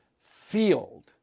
field